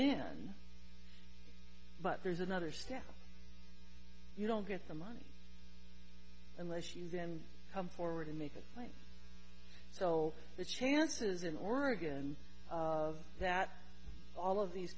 then but there's another step you don't get the money unless you then come forward and make a claim so the chances in oregon of that all of these